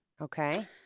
Okay